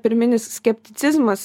pirminis skepticizmas